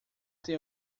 tem